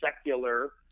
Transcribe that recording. secular